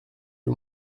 lui